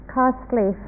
costly